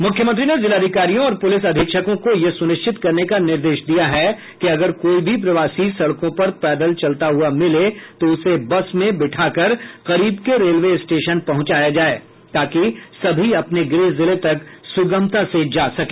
मुख्यमंत्री ने जिलाधिकारियों और पुलिस अधीक्षकों को यह सुनिश्चित करने का निर्देश दिया है कि अगर कोई भी प्रवासी सड़कों पर पैदल चलता हुआ मिले तो उसे बस में बैठकार करीब के रेलवे स्टेशन पहुंचाया जाए ताकि सभी अपने गृह जिले तक सुगमता से जा सके